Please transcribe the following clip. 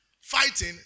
fighting